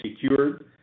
secured